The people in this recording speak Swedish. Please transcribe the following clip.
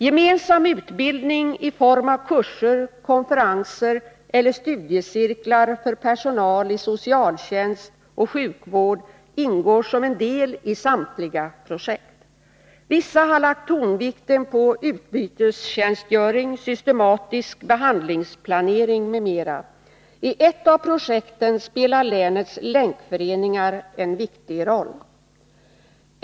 Gemensam utbildning i form av kurser, konferenser eller studiecirklar för personal i socialtjänst och sjukvård ingår som en del i samtliga projekt. Vissa har lagt tonvikten på utbytestjänstgöring, systematisk behandlingsplanering m.m. I ett av projekten spelar länets länkföreningar en viktig roll.